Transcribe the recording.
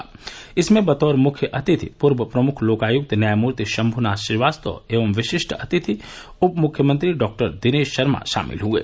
येहमें बतौर मुख्य अतिथि पूर्व प्रमुख लोकायुक्त न्यायनूर्ति शम्भू नाथ श्रीवास्तव अउर विशिष्ट अतिथि उप मुख्यमंत्री डॉक्टर दिनेश शर्मा सामिल भइलें